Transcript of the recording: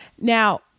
Now